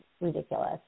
ridiculous